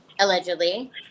allegedly